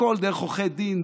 הכול דרך עורכי דין,